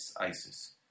ISIS